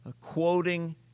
quoting